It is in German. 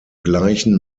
gleichen